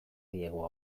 diegu